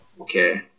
okay